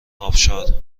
آبشار